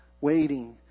waiting